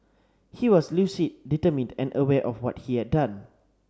he was lucid determined and aware of what he had done